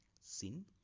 sin